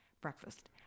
Breakfast